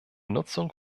nutzung